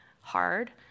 hard